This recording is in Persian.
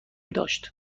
داشت